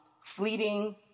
fleeting